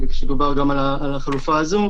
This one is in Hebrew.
הוא רוצה לבוא הביתה והוא אומר,